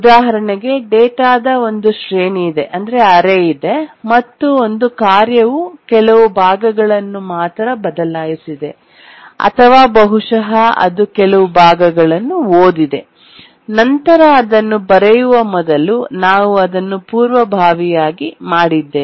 ಉದಾಹರಣೆಗೆ ಡೇಟಾದ ಒಂದು ಶ್ರೇಣಿಯಿದೆ ಮತ್ತು ಒಂದು ಕಾರ್ಯವು ಕೆಲವು ಭಾಗಗಳನ್ನು ಮಾತ್ರ ಬದಲಾಯಿಸಿದೆ ಅಥವಾ ಬಹುಶಃ ಅದು ಕೆಲವು ಭಾಗಗಳನ್ನು ಓದಿದೆ ನಂತರ ಅದನ್ನು ಬರೆಯುವ ಮೊದಲು ನಾವು ಅದನ್ನು ಪೂರ್ವಭಾವಿಯಾಗಿಪ್ರಿಎಂಪ್ಟ್ ಮಾಡಿದ್ದೇವೆ